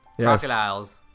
Crocodiles